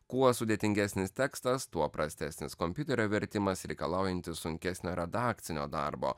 kuo sudėtingesnis tekstas tuo prastesnis kompiuterio vertimas reikalaujantis sunkesnio redakcinio darbo